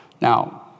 Now